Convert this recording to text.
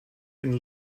and